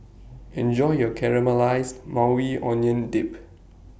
Enjoy your Caramelized Maui Onion Dip